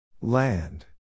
Land